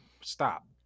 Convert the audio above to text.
stop